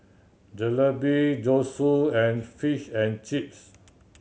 Jalebi Zosui and Fish and Chips